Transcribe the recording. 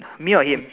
me or him